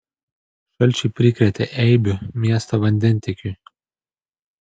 šalčiai prikrėtė eibių miesto vandentiekiui